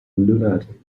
lunatic